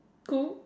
cool